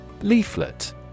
Leaflet